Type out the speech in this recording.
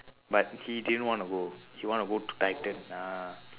but he didn't want to go he want to go to titan ah